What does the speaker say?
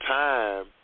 time